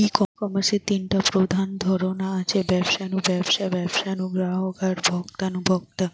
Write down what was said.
ই কমার্সের তিনটা প্রধান ধরন আছে, ব্যবসা নু ব্যবসা, ব্যবসা নু গ্রাহক আর ভোক্তা নু ভোক্তা